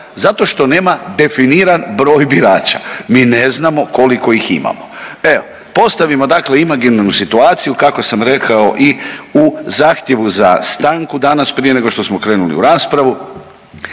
zato što nema definiran broj birača, mi ne znamo koliko ih imamo. Evo postavimo dakle imaginarnu situaciju kako sam rekao i u zahtjevu za stanku danas prije nego što smo krenuli u raspravu,